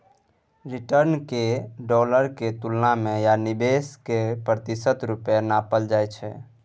return केँ dollar केर तुलना मे या निबेश केर प्रतिशत रुपे नापल जाइ छै